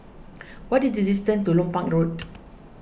what is the distance to Lompang Road